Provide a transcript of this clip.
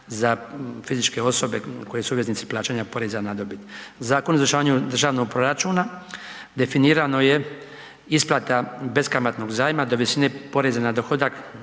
za fizičke osobe koje su obveznici plaćanja poreza na dobit. Zakon o izvršavanju državnog proračuna, definirano je isplata beskamatnog zajma do visine poreza na dohodak